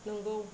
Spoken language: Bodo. नोंगौ